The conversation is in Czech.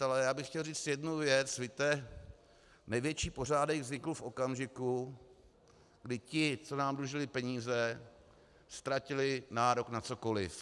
Ale já bych chtěl říct jednu věc: víte, největší pořádek vznikl v okamžiku, kdy ti, co nám dlužili peníze, ztratili nárok na cokoliv.